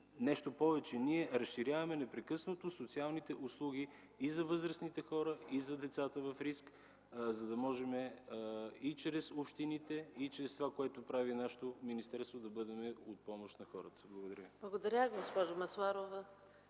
Нещо повече, ние разширяваме непрекъснато социалните услуги за възрастните хора, за децата в риск, за да можем и чрез общините, и чрез онова, което прави нашето министерство, да бъдем в помощ на хората. ПРЕДСЕДАТЕЛ ЕКАТЕРИНА МИХАЙЛОВА: